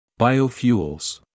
Biofuels